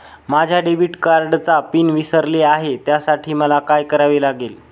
माझ्या डेबिट कार्डचा पिन विसरले आहे त्यासाठी मला काय करावे लागेल?